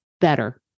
Better